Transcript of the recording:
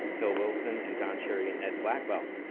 phil wilson, and don cherry, and ed blackwell.